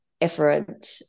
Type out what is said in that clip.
effort